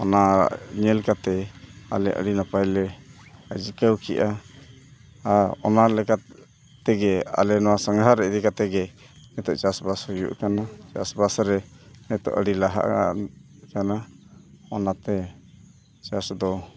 ᱚᱱᱟ ᱧᱮᱞ ᱠᱟᱛᱮᱫ ᱟᱞᱮ ᱟᱹᱰᱤ ᱱᱟᱯᱟᱭ ᱞᱮ ᱡᱤᱠᱟᱹᱣ ᱠᱮᱜᱼᱟ ᱟᱨ ᱚᱱᱟ ᱞᱮᱠᱟ ᱛᱮᱜᱮ ᱟᱞᱮ ᱱᱚᱣᱟ ᱥᱟᱸᱜᱷᱟᱨ ᱤᱫᱤ ᱠᱟᱛᱮᱫᱼᱜᱮ ᱱᱤᱛᱚᱜ ᱪᱟᱥᱵᱟᱥ ᱦᱩᱭᱩᱜ ᱠᱟᱱᱟ ᱪᱟᱥᱵᱟᱥ ᱨᱮ ᱱᱤᱛᱚᱜ ᱟᱹᱰᱤ ᱞᱟᱦᱟ ᱠᱟᱱᱟ ᱚᱱᱟᱛᱮ ᱪᱟᱥ ᱫᱚ